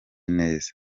neza